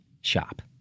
shop